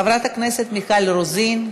חברת הכנסת מיכל רוזין,